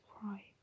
cry